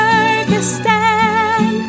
Kyrgyzstan